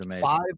five